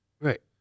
Right